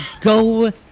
go